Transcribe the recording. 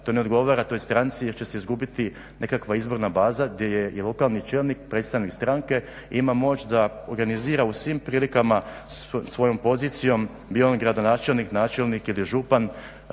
to ne odgovara toj stranci jer će se izgubiti nekakva izvorna baza gdje je i lokalni čelnik predstavnik stranke i ima moć da organizira u svim prilikama svojom pozicijom bio on gradonačelnik, načelnik ili župan,